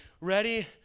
Ready